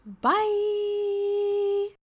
Bye